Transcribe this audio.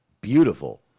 beautiful